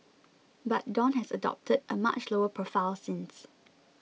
but Dawn has adopted a much lower profile since